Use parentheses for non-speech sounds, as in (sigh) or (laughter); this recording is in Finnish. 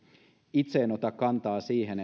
itse en ota kantaa siihen (unintelligible)